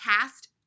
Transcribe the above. cast